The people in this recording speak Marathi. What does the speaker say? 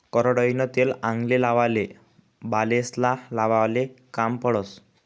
करडईनं तेल आंगले लावाले, बालेस्ले लावाले काम पडस